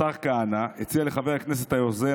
השר כהנא הציע לחבר הכנסת היוזם,